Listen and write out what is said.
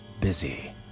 busy